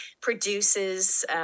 produces